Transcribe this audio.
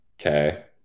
Okay